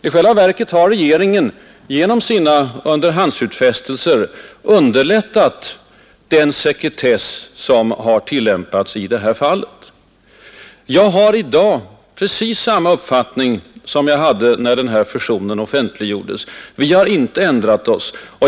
I själva verket har regeringen genom sina underhandsutfästelser underlättat för bankerna att iaktta den sekretess som jag tillåtit mig att kritisera. Jag har i dag precis samma uppfattning som jag hade när fusionen offentliggjordes. Vi har inte ändrat oss.